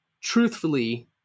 truthfully